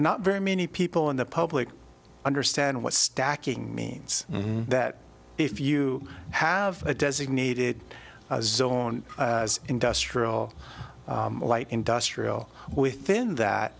not very many people in the public understand what stacking means that if you have a designated zone industrial light industrial within that